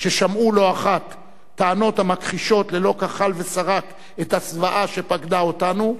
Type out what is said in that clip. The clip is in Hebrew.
ששמעו לא אחת טענות המכחישות ללא כחל ושרק את הזוועה שפקדה אותנו,